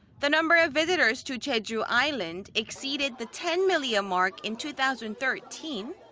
the number of visitors to jeju island exceeded the ten million mark in two thousand and thirteen,